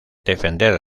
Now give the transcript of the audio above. defender